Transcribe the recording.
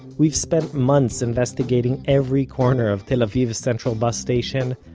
we've spent months investigating every corner of tel aviv's central bus station,